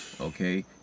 Okay